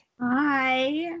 Hi